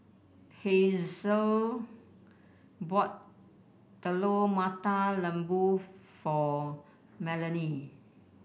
Hazle bought Telur Mata Lembu for Melany